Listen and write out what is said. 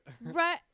Right